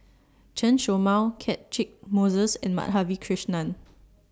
Chen Show Mao Catchick Moses and Madhavi Krishnan